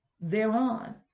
thereon